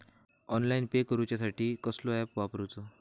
Online pay करूचा साठी कसलो ऍप वापरूचो?